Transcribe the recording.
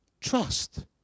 trust